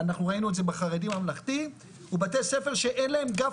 אנחנו ראינו את זה בחרדי ממלכתי ובתי ספר שאין להם גב